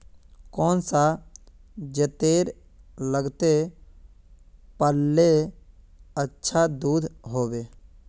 कौन सा जतेर लगते पाल्ले अच्छा दूध होवे?